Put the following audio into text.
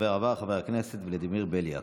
הדובר הבא, חבר הכנסת ולדימיר בליאק.